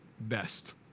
best